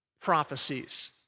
prophecies